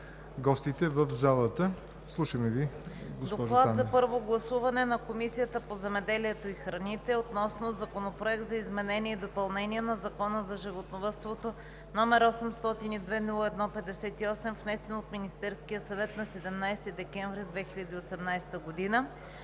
„ДОКЛАД за първо гласуване на Комисията по земеделието и храните относно Законопроект за изменение и допълнение на Закона за животновъдството, № 802-01-58, внесен от Министерския съвет на 17 декември 2018 г.